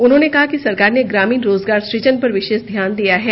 उन्होंने कहा कि सरकार ने ग्रामीण रोजगार सजन पर विशेष ध्यान दिया है